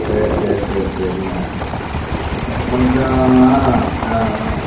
சரி சரி சரி சரிங்க எனக்கு கொஞ்சம் ஆ ஆ ஆ